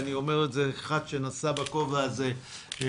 ואני אומר את זה כאחד שנשא בכובע הזה בעבר,